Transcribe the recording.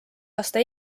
aasta